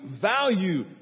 value